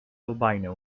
albino